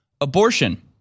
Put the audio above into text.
abortion